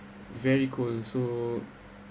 very cold so